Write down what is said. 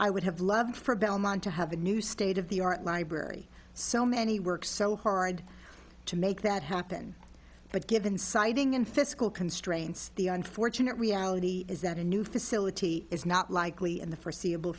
i would have loved for belmont to have a new state of the art library so many works so hard to make that happen but given siting in fiscal constraints the unfortunate reality is that a new facility is not likely in the forseeable